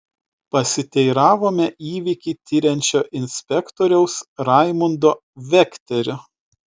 pasiteiravome įvykį tiriančio inspektoriaus raimundo vekterio